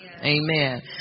Amen